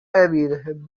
emil